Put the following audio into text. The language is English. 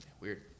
Weird